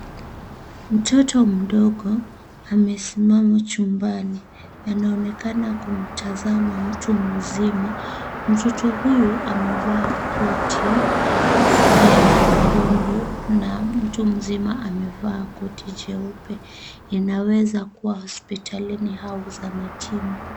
Mtoto mdogo amesimama chumbani, anaonekana kumtazama mtu mzima, mtoto huyu amevaa koti jekundu na mtu mzima amevaa koti jeupe, inaweza kuwa ni hospitali au zahanatini.